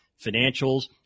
financials